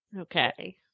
Okay